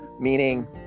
meaning